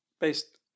based